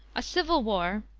a civil war,